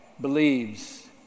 believes